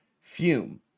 Fume